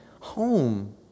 Home